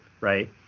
right